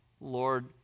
Lord